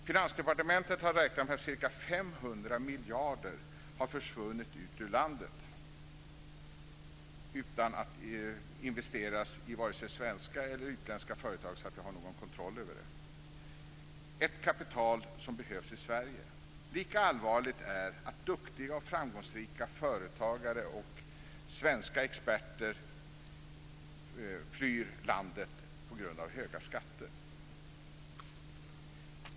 Finansdepartementet har räknat med att ca 500 miljarder har försvunnit ut ur landet utan att investeras i vare sig svenska eller utländska företag så att man har någon kontroll över det. Det kapitalet behövs i Sverige. Lika allvarligt är att duktiga och framgångsrika företagare och svenska experter flyr landet på grund av höga skatter.